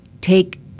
take